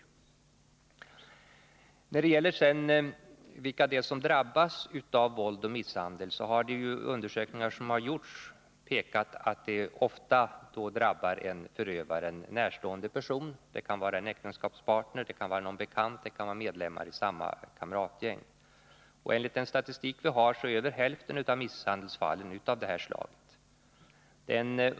När det sedan gäller frågan vilka som drabbas av våld och misshandel har ju de undersökningar som gjorts pekat på att offret ofta är en förövaren närstående person. Det kan vara en äktenskapspartner, en bekant eller en medlem av kamratgänget. Enligt statistiken är över hälften av misshandelsfallen av det här slaget.